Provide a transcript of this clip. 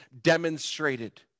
demonstrated